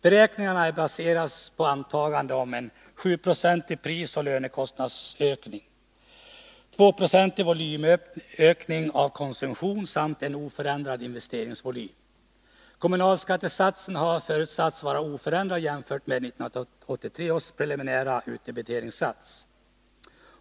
Beräkningarna har baserats på antaganden om 7 96 prisoch lönekostnadsökning, 2 20 volymökning av konsumtionen samt en oförändrad investeringsvolym. Kommunalskattesatsen har förutsatts vara oförändrad jämfört med 1983 års preliminära utdebiteringssats.